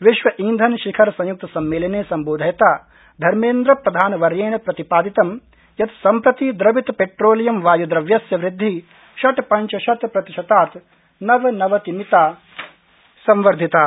विश्व ईंधन शिखर संय्क्त सम्मेलने संबोधयता धर्मेन्द्रप्रधानवर्येण प्रतिपादितं यत् सम्प्रति द्रवित पेट्रोलियम वायुद्रव्यस्य वृदधि षट्पञ्च शत्प्रतिशतात् नवनवतिमिता संवर्धिता